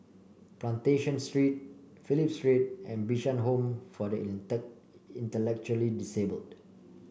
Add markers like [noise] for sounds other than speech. Plantation Street Phillip Street and Bishan Home for the [unintelligible] Intellectually Disabled